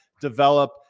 develop